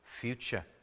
future